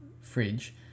fridge